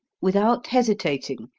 without hesitating,